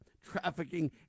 trafficking